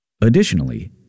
Additionally